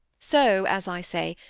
so, as i say,